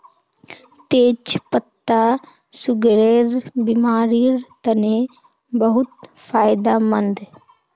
तेच पत्ता सुगरेर बिमारिर तने बहुत फायदामंद